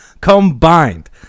combined